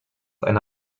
eine